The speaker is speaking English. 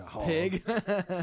pig